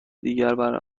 دیگر